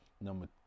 Number